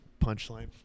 punchline